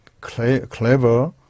clever